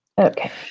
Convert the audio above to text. Okay